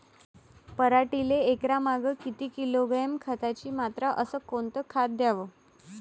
पराटीले एकरामागं किती किलोग्रॅम खताची मात्रा अस कोतं खात द्याव?